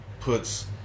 puts